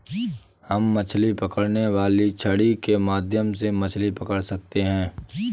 हम मछली पकड़ने वाली छड़ी के माध्यम से मछली पकड़ सकते हैं